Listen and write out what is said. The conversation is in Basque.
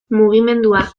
mugimendua